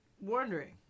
wondering